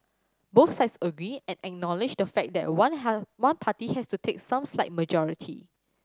both sides agree and acknowledge the fact that one one party has to take some slight majority